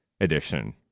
edition